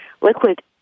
liquid